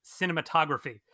cinematography